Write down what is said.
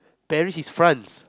Paris is France